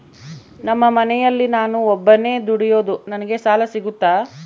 ನಮ್ಮ ಮನೆಯಲ್ಲಿ ನಾನು ಒಬ್ಬನೇ ದುಡಿಯೋದು ನನಗೆ ಸಾಲ ಸಿಗುತ್ತಾ?